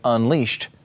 Unleashed